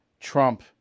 Trump